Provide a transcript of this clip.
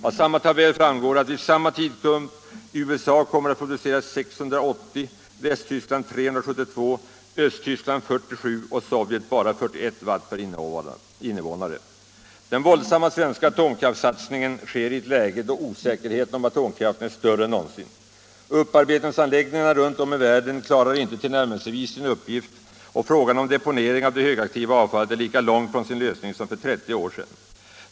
Av samma tabell framgår att vid samma tidpunkt USA kommer att producera 680, Västtyskland 372, Östtyskland 47 och Sovjet bara 41 watt per innevånare. Den våldsamma svenska atomkraftssatsningen sker i ett läge då osäkerheten om atomkraften är större än någonsin. Upparbetningsanläggningarna runt om i världen klarar inte tillnärmelsevis sin uppgift, och frågan om deponering av det högaktiva avfallet är lika långt från sin lösning som för 30 år sedan.